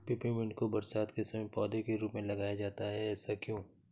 Peppermint को बरसात के समय पौधे के रूप में लगाया जाता है ऐसा क्यो?